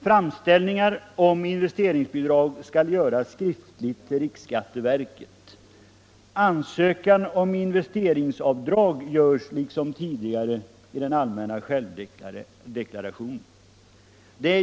Framställningar om investeringsbidrag skall ske skriftligt till riksskatteverket. Ansökan om investeringsavdrag görs liksom tidigare i den allmänna självdeklarationen.